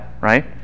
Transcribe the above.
right